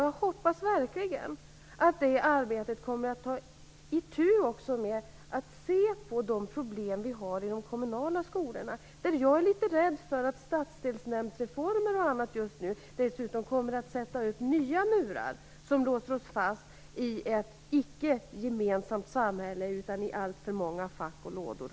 Jag hoppas verkligen att man i det arbetet också kommer att ta itu med de problem vi har i de kommunala skolorna. Jag är litet rädd för att stadsdelsnämndsreformer och annat just nu dessutom kommer att sätta upp nya murar som låser oss fast i ett icke gemensamt samhälle, i alltför många fack och lådor.